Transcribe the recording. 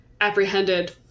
apprehended